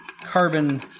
carbon